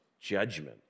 judgment